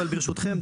אבל ברשותכם,